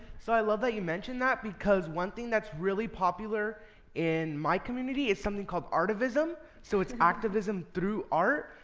so i love that you mentioned that, because one thing that's really popular in my community is something called artivism, so it's activism through art.